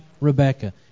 Rebecca